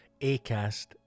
Acast